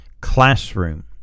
classroom